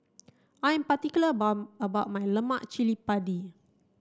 I am particular about about my Lemak Cili Padi